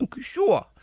Sure